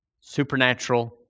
supernatural